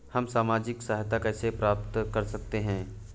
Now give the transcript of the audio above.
हम सामाजिक सहायता कैसे प्राप्त कर सकते हैं?